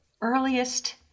earliest